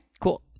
cool